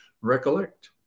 recollect